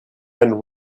and